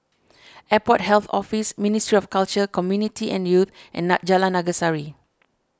Airport Health Office Ministry of Culture Community and Youth and Jalan Naga Sari